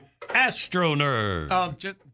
AstroNerd